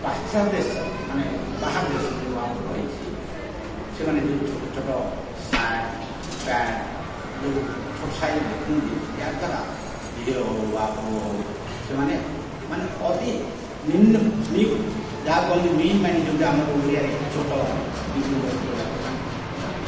ପାଶ୍ଚାତ୍ୟ ଦେଶ ମାନେ ବାହାର ଦେଶ ଯେଉଁ ଆମର ରହିଛି ସେମାନେ ଯେଉଁ ଛୋଟ ଛୋଟ ସାର୍ଟ ପ୍ୟାଣ୍ଟ୍ ଯେଉଁ ଛୋଟ ସାଇଜର ଦେଖାଉଛନ୍ତି ଏହା ଦ୍ଵାରା ଝିଅ ହେଉ ବା ପୁଅ ହେଉ ସେମାନେ ମାନେ ଅତି ନିମ୍ନ ମିନ୍ ଯାହାକୁ କହନ୍ତି ମିନ୍ ମାଇଣ୍ଡ ଯେଉଁଟା ଆମର ଓଡ଼ିଆରେ ଛୋଟ ଦିଗକୁ ଗତି କରିବାରେ ସେମାନେ ଗଲେଣି